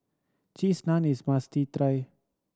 Cheese Naan is a must try